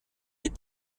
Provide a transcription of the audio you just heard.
des